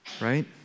right